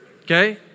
okay